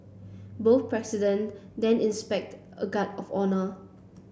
both presidents then inspected a guard of honour